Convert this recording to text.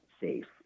safe